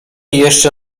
jeszcze